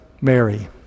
Mary